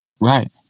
Right